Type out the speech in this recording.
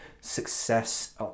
success